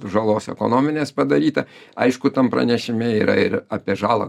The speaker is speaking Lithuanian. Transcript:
žalos ekonominės padaryta aišku tam pranešime yra ir apie žalą